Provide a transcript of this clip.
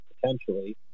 potentially